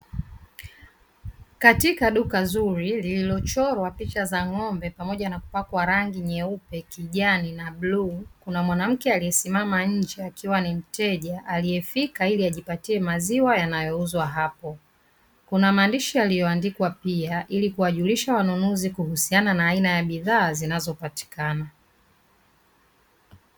Katika duka zuri lililochorwa picha za ng'ombe pamoja na kupakwa rangi nyeupe, kijani, na blue kuna mwanamke aliyesimama nje akiwa ni mteja aliyefika ili ajipatie maziwa yanayouzwa hapo, kuna maandishi yaliyo andikwa pia ili kuwajulisha wanunuzi kuhusiana na aina ya bidhaa zinazo patikana.